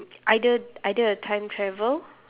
either either a time travel